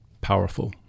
powerful